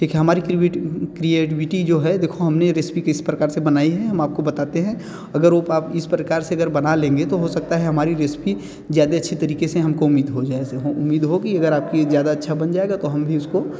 ठीक है हमारी क्रिविटी क्रिएडविटी जो है देखो हम ने ये रेसिपी किस प्रकार से बनाई है हम आपको बताते हैं अगर वो आप इस प्रकार से अगर बना लेंगे तो हो सकता है हमारी रेसिपी ज़्यादा अच्छे तरीक़े से हम को उम्मीद हो जाए ऐसे उम्मीद हो कि आपकी ज़्यादा अच्छा बन जाएगा तो हम भी उसको